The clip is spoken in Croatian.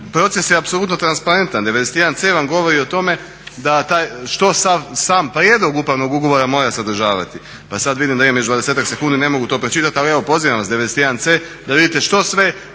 proces je apsolutno transparentan. 91c vam govori o tome što sam prijedlog upravnog ugovora mora sadržavati. Pa sada vidim da imam još 20-ak sekundi ne mogu to pročitati, ali evo pozivam vas 91c da vidite što sve